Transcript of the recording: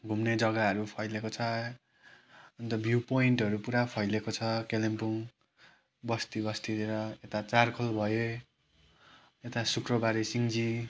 घुम्ने जग्गाहरू फैलिएको छ अन्त भ्यू पोइन्टहरू पुरा फैलिएको छ कालिम्पोङ बस्ती बस्तीतिर यता चारखोल भयो यता शुक्रबारे सिन्जी